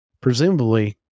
presumably